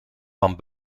van